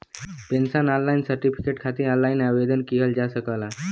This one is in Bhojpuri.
पेंशनर लाइफ सर्टिफिकेट खातिर ऑनलाइन आवेदन किहल जा सकला